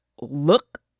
look